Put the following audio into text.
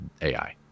AI